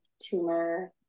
tumor